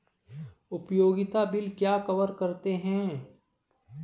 उपयोगिता बिल क्या कवर करते हैं?